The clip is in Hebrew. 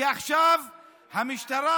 כי המשטרה,